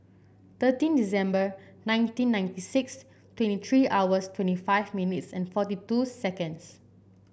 thirteen December nineteen ninety six twenty three hours twenty five minutes and forty two seconds